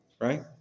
Right